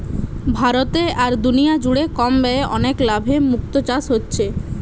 ভারতে আর দুনিয়া জুড়ে কম ব্যয়ে অনেক লাভে মুক্তো চাষ হচ্ছে